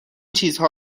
چیزها